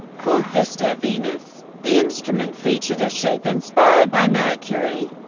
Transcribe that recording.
called vista venus. the instrument featured a shape inspired by mercury,